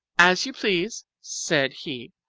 as you please said he,